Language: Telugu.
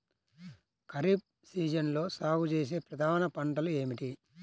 ఖరీఫ్ సీజన్లో సాగుచేసే ప్రధాన పంటలు ఏమిటీ?